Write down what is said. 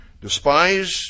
Despise